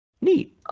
Neat